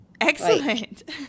Excellent